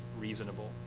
reasonable